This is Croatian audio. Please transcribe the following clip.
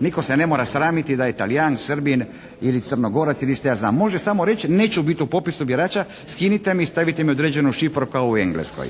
nitko se ne mora sramiti da je Talijan, Srbin ili Crnogorac ili šta ja znam. Može samo reći neću biti u popisu birača, skinite me i stavite mi određenu šifru kao u Engleskoj.